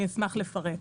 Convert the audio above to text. אשמח לפרט.